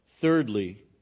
Thirdly